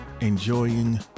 enjoying